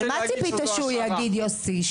אבל מה צפית שהוא יגיד יוסי?